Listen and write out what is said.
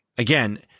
Again